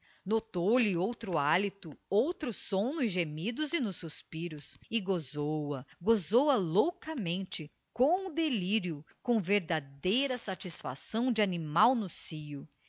sentira notou lhe outro hálito outro som nos gemidos e nos suspiros e gozou a gozou a loucamente com delírio com verdadeira satisfação de animal no